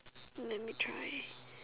let me try